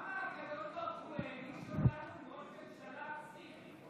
למה הקדוש ברוך הוא העניש אותנו עם ראש ממשלה פסיכי?